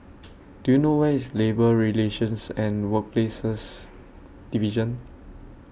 Do YOU know Where IS Labour Relations and Workplaces Division